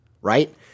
right